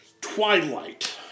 Twilight